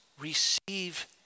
Receive